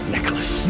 Nicholas